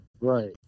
Right